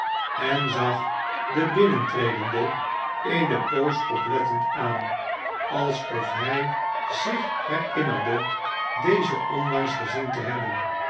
en zag den binnentredende eene poos oplettend aan alsof hij zich hermnerde dezen onlangs gezien te hebben